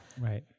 Right